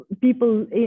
people